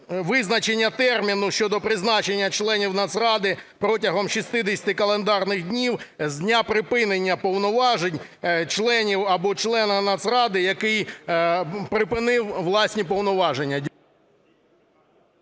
визначення терміну щодо призначення членів Нацради протягом 60 календарних днів з дня припинення повноважень членів або члена Нацради, який припинив власні повноваження.